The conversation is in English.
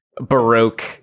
Baroque